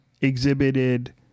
exhibited